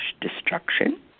destruction